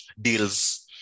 deals